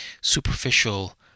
superficial